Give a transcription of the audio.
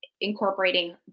incorporating